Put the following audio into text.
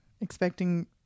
Expecting